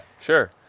sure